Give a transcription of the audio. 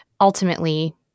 ultimately